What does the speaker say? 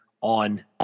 on